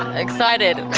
ah excited.